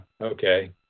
okay